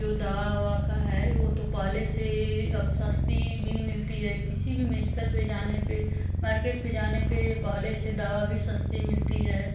जो दवा ववा का है वो तो पहले से ही अब सस्ती भी मिलती है किसी भी मेडिकल पर जाने पर मार्केट पर जाने पर पहले से दवा भी सस्ती मिलती है